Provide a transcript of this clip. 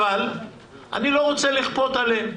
אבל אני לא רוצה לכפות עליהם.